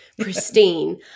pristine